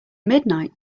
midnight